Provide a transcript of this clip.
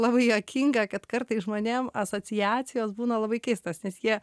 labai juokinga kad kartai žmonėm asociacijos būna labai keistos nes jie